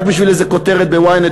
רק בשביל איזה כותרת ב-ynet,